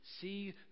See